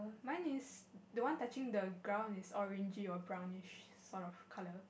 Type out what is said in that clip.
mine is the one touching the ground is orangy or brownish sort of color